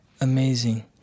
Amazing